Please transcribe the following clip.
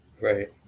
Right